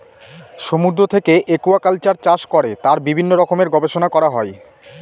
সমুদ্র থেকে একুয়াকালচার চাষ করে তার বিভিন্ন রকমের গবেষণা করা হয়